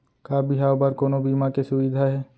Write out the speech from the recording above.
का बिहाव बर कोनो बीमा के सुविधा हे?